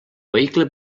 vehicle